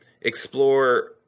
explore